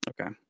Okay